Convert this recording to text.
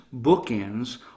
bookends